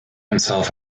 himself